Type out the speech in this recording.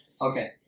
Okay